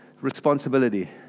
responsibility